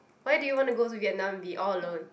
why do you want to go to Vietnam to be all alone